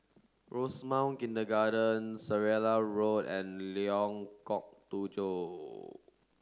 Rosemount Kindergarten Seraya Road and Lengkok Tujoh